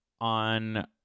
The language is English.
on